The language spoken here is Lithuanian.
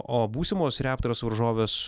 o būsimos raptors varžovės